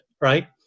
right